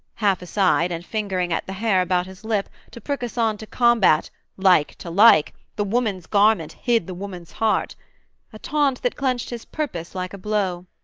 half aside and fingering at the hair about his lip, to prick us on to combat like to like! the woman's garment hid the woman's heart a taunt that clenched his purpose like a blow!